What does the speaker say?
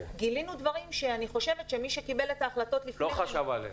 גילינו דברים שאני חושבת שמי שקיבל את ההחלטות לפני כן לא חשב עליהם.